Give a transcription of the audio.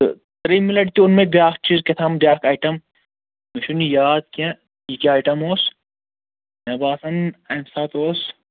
تہٕ ترٛیٚمہِ لٹہِ تہِ اوٚن مےٚ بیٛاکھ چیٖز کیاہتام بیٛاکھ ایٹم مےٚ چھُنہٕ یہِ یاد کیٚنٛہہ یہِ کیٛاہ ایٹم اوس مےٚ باسان اَمہِ ساتہٕ اوس